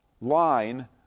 line